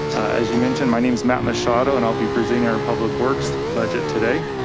as you mentioned, my name is matt machado. and i'll be presenting our public works budget today.